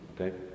okay